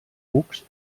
cucs